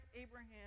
Abraham